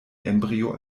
embryo